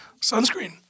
sunscreen